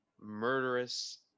murderous